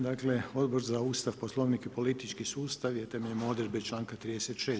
Dakle, Odbor za Ustav, poslovnik i politički sustav je temeljem odredbe čl. 36.